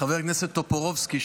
חבר הכנסת טופורובסקי,